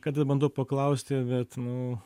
kada bandau paklausti bet nu